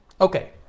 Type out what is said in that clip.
Okay